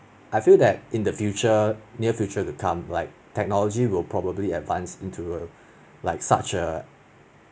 I feel that in the future near future to come like technology will probably advance into like such a